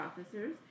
officers